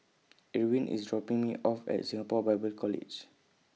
Irwin IS dropping Me off At Singapore Bible College